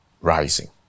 rising